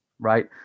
Right